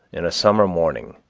in a summer morning,